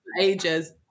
ages